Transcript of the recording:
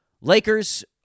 Lakers